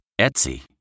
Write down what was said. Etsy